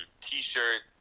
t-shirt